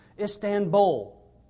Istanbul